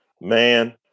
man